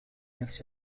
نفس